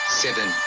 seven